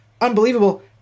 unbelievable